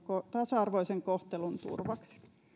tasa arvoisen kohtelun turvaksi